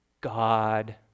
God